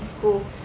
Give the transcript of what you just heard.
school